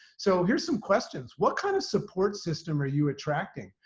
so here's some questions. what kind of support system are you attracting?